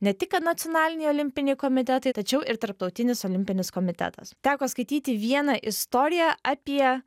ne tik kad nacionaliniai olimpiniai komitetai tačiau ir tarptautinis olimpinis komitetas teko skaityti vieną istoriją apie